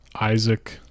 Isaac